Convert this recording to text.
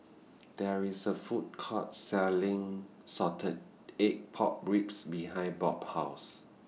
There IS A Food Court Selling Salted Egg Pork Ribs behind Bob's House